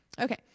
Okay